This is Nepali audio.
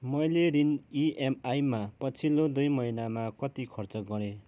मैले ऋण इएमआईमा पछिल्लो दुई महिनामा कति खर्च गरेँ